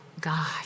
God